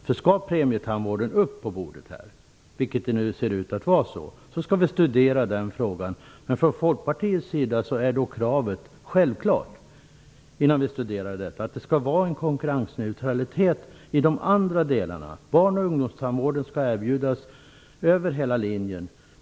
Om frågan om premietandvården skall upp på bordet här - och så verkar det vara - skall vi studera den frågan. Men vi i Folkpartiet har självklart kravet att det, innan vi studerar detta, skall finnas konkurrensneutralitet i de andra delarna. Barn och ungdomstandvården skall erbjudas över hela linjen.